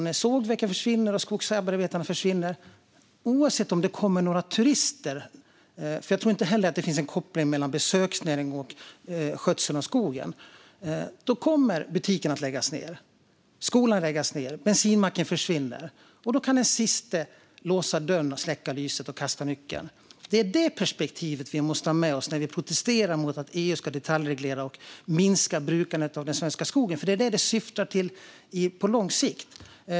När sågverken och skogsarbetarna försvinner kommer, oavsett om det kommer några turister - jag tror inte heller att det finns någon koppling mellan besöksnäring och skötsel av skogen - butiken och skolan att läggas ned och bensinmacken att försvinna. Då kan den siste släcka lyset, låsa dörren och kasta nyckeln. Det är det perspektivet vi måste ha med oss när vi protesterar mot att EU ska detaljreglera och minska brukandet av den svenska skogen. Det är nämligen detta det syftar till på lång sikt.